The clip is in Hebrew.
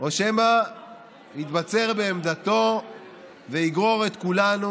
או שמא יתבצר בעמדתו ויגרור את כולנו